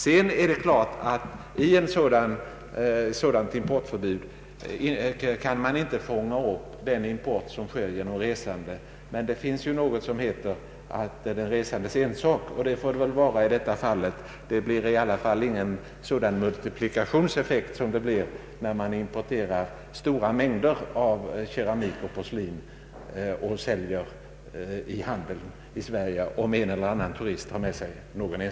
Det är klart att man i ett sådant importförbud inte kan fånga upp den import som sker med resenärer, men det finns ju något som heter ”den resandes ensak”. Om en eller annan turist har med sig någon enstaka pjäs blir det i alla fall ingen sådan multiplikationseffekt som när man importerar stora mängder keramik och porslin till Sverige och säljer den i handeln.